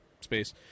space